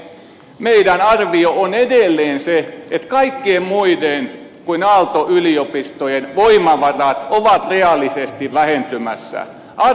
meidän arviomme on edelleen se että kaikkien muiden kuin aalto yliopiston voimavarat ovat reaalisesti vähentymässä